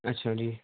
اچھا جی